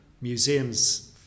museum's